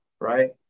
right